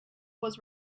was